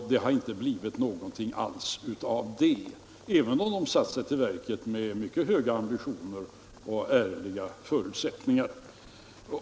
Det har inte blivit någonting alls av dem, även om de gick till verket med mycket höga ambitioner och ärliga förutsättningar.